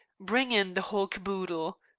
bring in the whole caboodle.